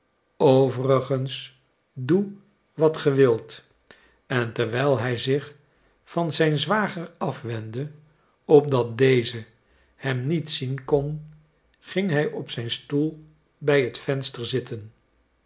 overigens doe wat ge wilt en terwijl hij zich van zijn zwager afwendde opdat deze hem niet zien kon ging hij op zijn stoel bij het venster zitten